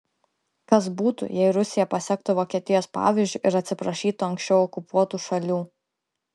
kas būtų jei rusija pasektų vokietijos pavyzdžiu ir atsiprašytų anksčiau okupuotų šalių